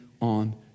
on